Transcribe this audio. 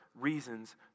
reasons